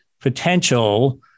potential